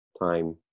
time